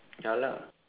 ya lah